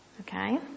okay